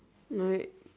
like